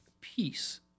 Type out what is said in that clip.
peace